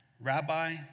Rabbi